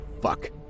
fuck